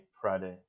Friday